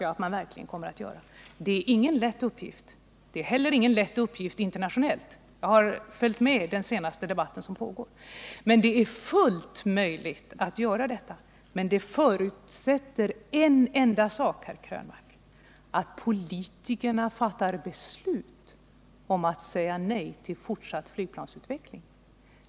Jag hoppas verkligen att man kommer att vidta sådana åtgärder. Detta är ingen lätt uppgift, inte heller internationellt, och det framgår av den senaste debatten på detta område som jag har följt. Det är dock fullt möjligt att göra detta. En förutsättning måste dock uppfyllas, herr Krönmark, nämligen att politikerna fattar beslut om att säga nej till fortsatt flygplansutveckling.